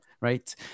right